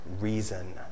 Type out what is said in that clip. reason